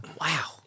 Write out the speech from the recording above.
Wow